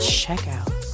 checkout